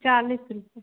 चालीस रुपै